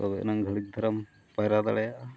ᱛᱚᱵᱮ ᱮᱱᱟᱝ ᱜᱷᱟᱹᱲᱤᱠ ᱫᱷᱟᱨᱟᱢ ᱯᱟᱭᱨᱟ ᱫᱟᱲᱮᱭᱟᱜᱼᱟ